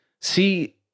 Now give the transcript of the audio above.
See